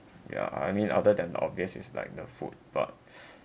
ya I mean other than the obvious is like the food but